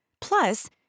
Plus